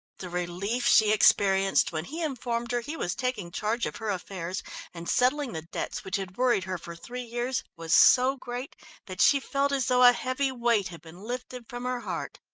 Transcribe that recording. the relief she experienced when he informed her he was taking charge of her affairs and settling the debts which had worried her for three years was so great that she felt as though a heavy weight had been lifted from her heart.